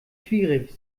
schwierig